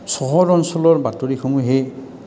চহৰ অঞ্চলৰ বাতৰিসমূহে